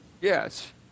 Yes